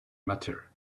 matter